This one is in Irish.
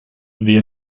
bhí